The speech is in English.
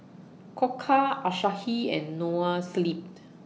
Koka Asahi and Noa Sleep